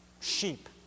sheep